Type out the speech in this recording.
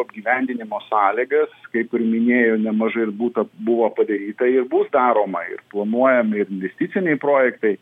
apgyvendinimo sąlygas kaip ir minėjau nemažai ir būta buvo padaryta ir bus daroma ir planuojami ir investiciniai projektai